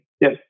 Yes